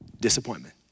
disappointment